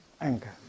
anger